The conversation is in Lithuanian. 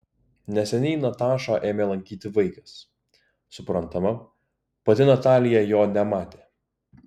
neseniai natašą ėmė lankyti vaikas suprantama pati natalija jo nematė